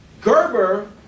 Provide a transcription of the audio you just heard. Gerber